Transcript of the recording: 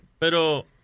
Pero